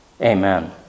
Amen